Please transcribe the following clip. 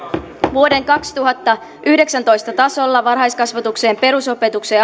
vuoden kaksituhattayhdeksäntoista tasolla varhaiskasvatukseen perusopetukseen